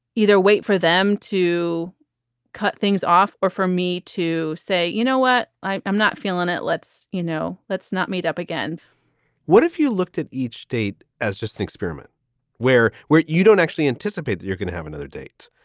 either wait for them to cut things off or for me to say, you know what? i'm not feeling it. let's, you know, let's not meet up again what if you looked at each date as just an experiment where where you don't actually anticipate that you're going to have another date?